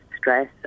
stress